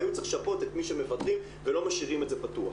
היו צריכים לשפות את מי שמוותרים ולא משאירים את זה פתוח.